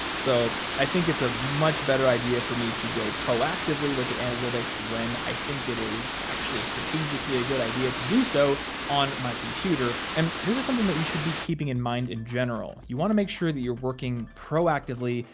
so i think it's a much better idea for me to go proactively look at analytics when i think it is actually strategically a good idea to do so on my computer. and this is something that you should be keeping in mind in general. you wanna make sure that you're working proactively,